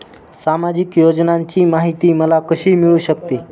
सामाजिक योजनांची माहिती मला कशी मिळू शकते?